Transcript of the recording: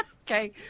Okay